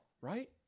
right